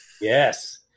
Yes